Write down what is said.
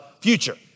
future